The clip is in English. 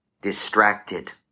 distracted